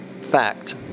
fact